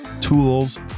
tools